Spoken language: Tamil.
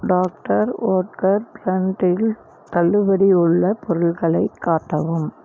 டாக்டர் ஒட்கர் பிராண்டில் தள்ளுபடி உள்ள பொருள்களை காட்டவும்